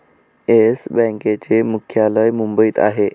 yes बँकेचे मुख्यालय मुंबईत आहे